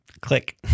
Click